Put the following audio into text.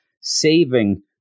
saving